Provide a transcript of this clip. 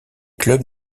clubs